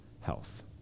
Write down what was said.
health